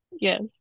yes